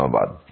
ধন্যবাদ